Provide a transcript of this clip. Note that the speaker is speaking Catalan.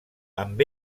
amb